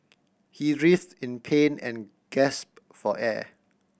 he writhed in pain and gasped for air